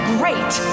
great